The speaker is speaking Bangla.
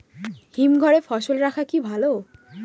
হিমঘরে ফসল রাখা কি ভালো?